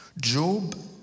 Job